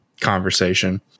conversation